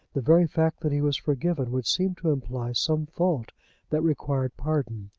the very fact that he was forgiven would seem to imply some fault that required pardon.